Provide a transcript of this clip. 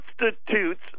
constitutes